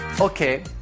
Okay